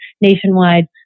nationwide